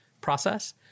process